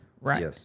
right